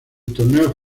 torneo